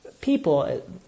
people